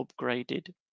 upgraded